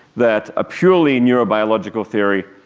that a purely neurobiological theory